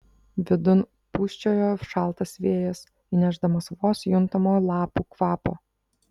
vidun pūsčiojo šaltas vėjas įnešdamas vos juntamo lapų kvapo